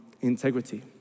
integrity